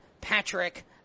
Patrick